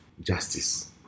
justice